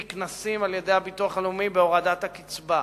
נקנסים על-ידי הביטוח הלאומי בהורדת הקצבה.